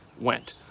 went